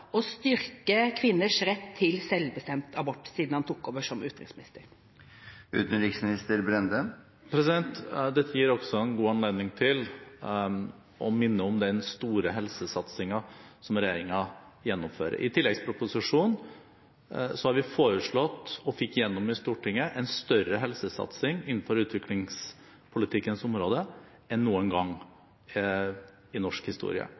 å styrke kvinners rett til selvbestemt abort siden han tok over som utenriksminister? Dette gir også en god anledning til å minne om den store helsesatsingen som regjeringen gjennomfører. I tilleggsproposisjonen har vi foreslått – og fikk igjennom i Stortinget – en større helsesatsing innenfor utviklingspolitikkens område enn noen gang i norsk historie.